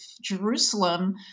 Jerusalem